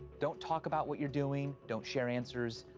don't talk about what you're doing, don't share answers.